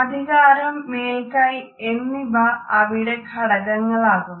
അധികാരം മേൽക്കൈ എന്നിവ അവിടെ ഘടകങ്ങളാകുന്നു